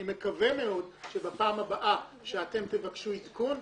אני מקווה מאוד שבפעם הבאה שאתם תבקשו עדכון,